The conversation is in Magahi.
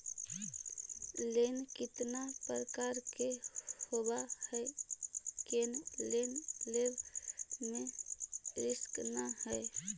लोन कितना प्रकार के होबा है कोन लोन लेब में रिस्क न है?